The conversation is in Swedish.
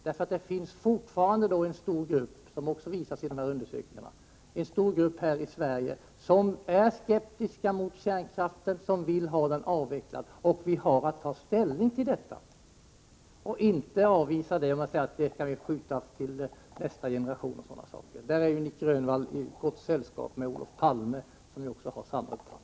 Det finns fortfarande en mängd människor — något som också visas i de här undersökningarna — här i Sverige som är skeptiska mot kärnkraften, som vill ha den avvecklad. Vi har att ta ställning till detta, och inte avvisa det hela genom att säga att besluten kan skjutas till nästa generation osv. Där är ju Nic Grönvall i gott sällskap med Olof Palme, som har samma uppfattning.